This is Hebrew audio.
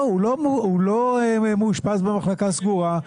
לא, הוא לא מאושפז במחלקה סגורה,